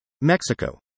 Mexico